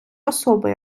особи